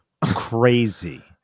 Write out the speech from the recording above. crazy